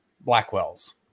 Blackwell's